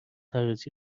حراجی